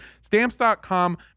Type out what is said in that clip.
Stamps.com